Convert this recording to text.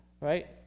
right